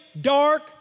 dark